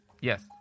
yes